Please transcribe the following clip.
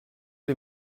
les